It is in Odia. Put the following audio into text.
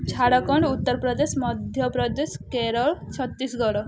ଝାଡ଼ଖଣ୍ଡ ଉତ୍ତରପ୍ରଦେଶ ମଧ୍ୟପ୍ରଦେଶ କେରଳ ଛତିଶଗଡ଼